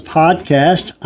podcast